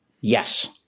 Yes